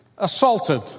Assaulted